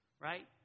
right